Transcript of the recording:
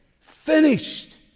Finished